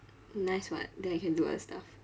nice [what] then I can do other stuff